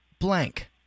blank